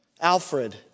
Alfred